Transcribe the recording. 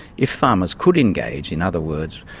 if farmers could engage, in other words,